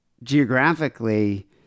geographically